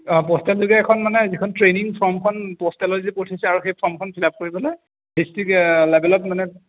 অঁ প'ষ্টেল বুলি এখন মানে যিখন ট্ৰেইনিং ফৰ্মখন প'ষ্টেলত যে পঠিয়াইছে আৰু সেই ফৰ্মখন ফিল আপ কৰি পেলাই ডিষ্ট্ৰিক্ট লেভেলত মানে